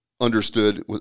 understood